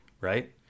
Right